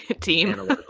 team